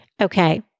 Okay